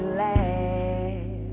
laugh